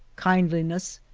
kindliness,